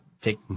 take